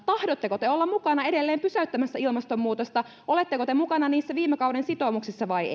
tahdotteko te olla mukana edelleen pysäyttämässä ilmastonmuutosta oletteko te mukana niissä viime kauden sitoumuksissa vai